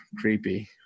creepy